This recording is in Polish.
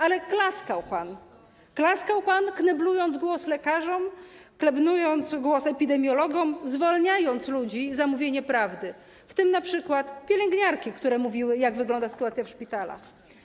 Ale klaskał pan, kneblując usta lekarzom, kneblując usta epidemiologom, zwalniając ludzi za mówienie prawdy, w tym np. pielęgniarki, które mówiły, jak wygląda sytuacja w szpitalach.